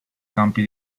campi